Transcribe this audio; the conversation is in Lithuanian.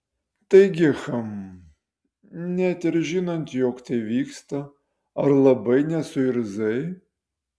taigi hm net ir žinant jog tai vyksta ar labai nesuirzai